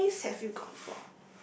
place have you gone for